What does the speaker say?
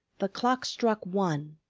the clock struck one,